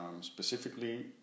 specifically